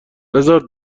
بذار